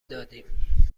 دادیم